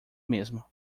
mesmo